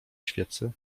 świecy